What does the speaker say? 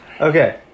Okay